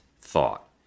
thought